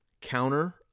counter